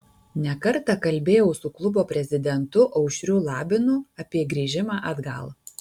ne kartą kalbėjau su klubo prezidentu aušriu labinu apie grįžimą atgal